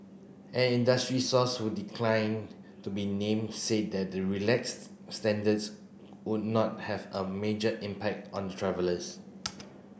an industry source who declined to be named said that the relaxed standards would not have a major impact on the travellers